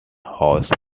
house